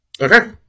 Okay